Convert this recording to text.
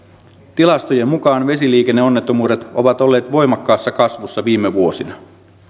tilastojen mukaan vesiliikenneonnettomuudet ovat olleet voimakkaassa kasvussa viime vuosina